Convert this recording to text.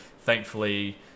Thankfully